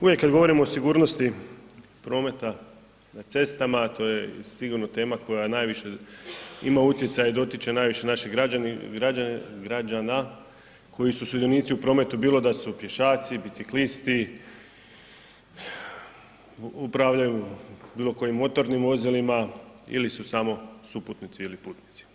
Uvijek kad govorimo o sigurnosti prometa na cestama a to je i sigurno tema koja najviše ima utjecaja i dotiče najviše naših građana koji su sudionici u prometu bili do su pješaci, biciklisti, upravljaju bilo kojim motornim vozilima ili su samo suputnici ili putnici.